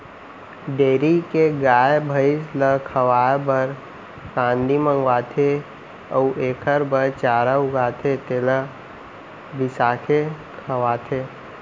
dairy के गाय, भँइस ल खवाए बर कांदी मंगवाथें अउ एकर बर चारा उगाथें तेला बिसाके खवाथें